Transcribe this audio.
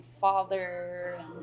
father